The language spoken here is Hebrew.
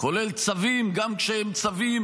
כולל צווים גם שהם צווים